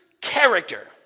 character